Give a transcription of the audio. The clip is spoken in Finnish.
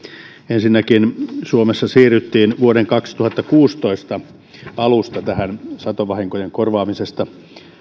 ensinnäkin suomessa siirryttiin vuoden kaksituhattakuusitoista alusta satovahinkojen korvaamisessa